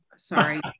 sorry